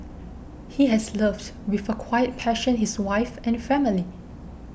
he has loved with a quiet passion his wife and family